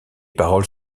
paroles